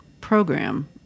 program